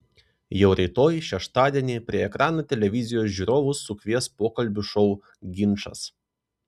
jau rytoj šeštadienį prie ekranų televizijos žiūrovus sukvies pokalbių šou ginčas